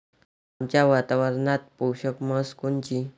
आमच्या वातावरनात पोषक म्हस कोनची?